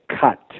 cut